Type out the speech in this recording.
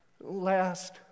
Last